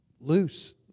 Loose